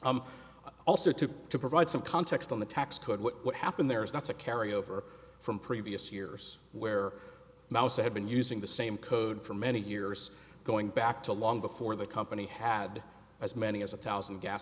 evaluated also took to provide some context on the tax code what happened there is not to carry over from previous years where maussa had been using the same code for many years going back to long before the company had as many as a thousand gas